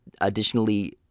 additionally